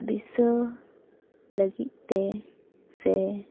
ᱫᱤᱥᱟᱹ ᱞᱟᱹᱜᱤᱫ ᱛᱮ ᱥᱮ